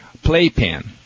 Playpen